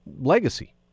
legacy